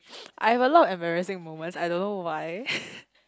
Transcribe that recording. I have a lot embarrassing moments I don't know why